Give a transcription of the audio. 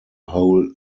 whole